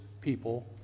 people